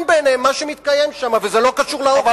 בעיניו מה שמתקיים שם וזה לא קשור לאוכל בכלל.